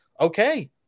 okay